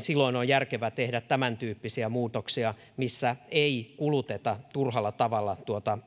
silloin on järkevää tehdä tämäntyyppisiä muutoksia missä ei kuluteta turhalla tavalla